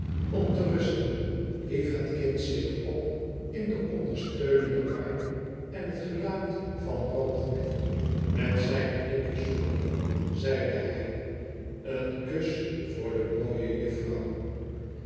om te rusten hief het kind zich op in den ondersteunenden arm en het gelaat van rokesmith met zijne lipjes zoekende zeide hij en kus voor de mooie juffou